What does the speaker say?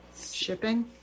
Shipping